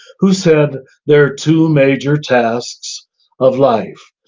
who said there are two major tasks of life.